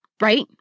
Right